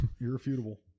Irrefutable